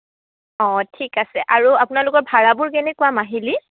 অঁ ঠিক আছে আৰু আপোনালোকৰ ভাড়াবোৰ কেনেকুৱা মাহিলি